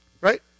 right